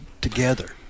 together